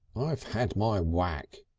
i've had my whack,